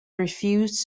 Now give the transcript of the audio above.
refused